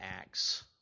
acts